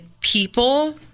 people